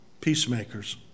Peacemakers